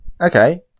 Okay